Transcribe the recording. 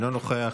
אינו נוכח,